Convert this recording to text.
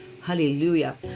hallelujah